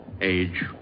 age